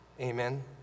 Amen